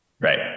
Right